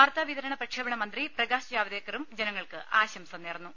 വാർത്താ വിതരണ പ്രക്ഷേപണ മന്ത്രി പ്രകാശ് ജാവ്ദേക്കറും ജന ങ്ങൾക്ക് ആശംസ നേർന്നു